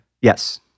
Yes